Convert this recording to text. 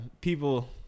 People